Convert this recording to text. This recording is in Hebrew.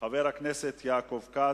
חבר הכנסת יעקב כץ,